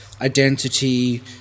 identity